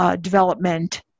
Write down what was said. development